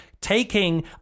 taking